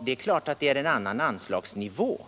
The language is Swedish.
Det är klart att det är en annan anslagsnivå.